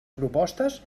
propostes